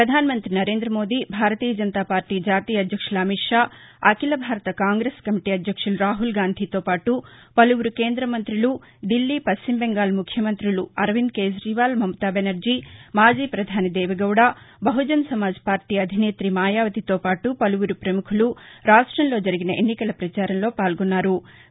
పధాన మంత్రి నరేంద్ర మోదీ భారతీయ జనతాపార్టీ జాతీయ అధ్యక్షులు అమిత్ షా అఖిల భారత కాంగ్రెస్ కమిటీ అధ్యక్షులు రాహుల్ గాంధీతో పాటు పలువురు కేంద్ర మంతులు ఢిల్లీ పశ్చిమబెంగాల్ ముఖ్యమంతులు అరవింద్ కేట్రీవాల్ మమతా బెనర్జీ మాజీ ప్రధాని దేవెగౌద బహుజన్ సమాజ్ పార్టీ అధినేతి మాయావతితో పాటు పలువురు ప్రముఖులు రాష్ట్రంలో జరిగిన ఎన్నికల ప్రచారంలో పాల్గొన్నారు